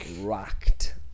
rocked